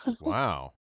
Wow